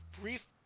brief